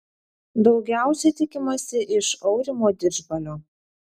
daugiausiai tikimasi iš aurimo didžbalio